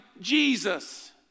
Jesus